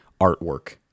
artwork